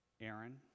Aaron